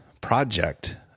project